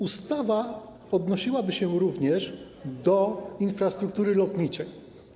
Ustawa odnosiłaby się również do infrastruktury lotniczej.